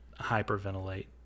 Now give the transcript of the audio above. hyperventilate